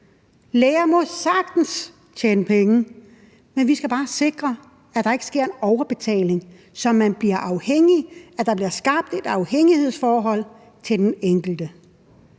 Læger må gerne tjene penge, men vi skal bare sikre, at der ikke sker en overbetaling, så de bliver afhængige, og at der bliver skabt et afhængighedsforhold. Der har været